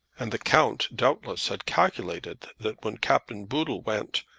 and the count, doubtless, had calculated that when captain boodle went,